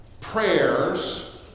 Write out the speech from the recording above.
prayers